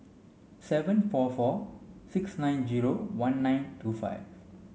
seven four four six nine zero one nine two five